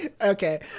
Okay